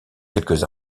quelques